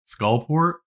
Skullport